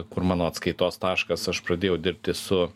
kur mano atskaitos taškas aš pradėjau dirbti su